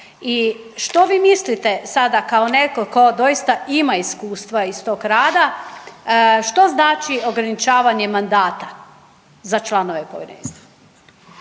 što vi mislite, sada kao netko tko doista ima iskustva iz tog rada, što znači ograničavanje mandata za članove Povjerenstva?